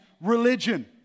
religion